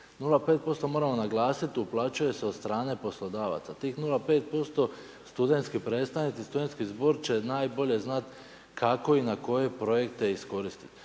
0,5% moramo naglasiti uplaćuje se od strane poslodavaca. Tih 0,5% studentski predstavnici i studentski zbor će najbolje znati kako i na koje projekte iskoristiti.